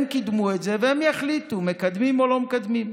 הם קידמו את זה והם יחליטו, מקדמים או לא מקדמים.